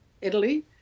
Italy